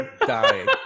dying